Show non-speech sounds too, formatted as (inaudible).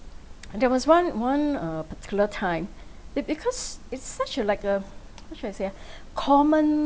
there was one one uh particular time be~ because it's such a like a (noise) how should I say ah common